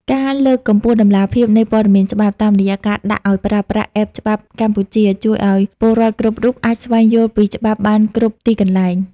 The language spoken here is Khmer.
ការលើកកម្ពស់តម្លាភាពនៃព័ត៌មានច្បាប់ តាមរយៈការដាក់ឱ្យប្រើប្រាស់ App ច្បាប់កម្ពុជា ជួយឱ្យពលរដ្ឋគ្រប់រូបអាចស្វែងយល់ពីច្បាប់បានគ្រប់ទីកន្លែង។